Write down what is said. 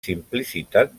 simplicitat